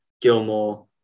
Gilmore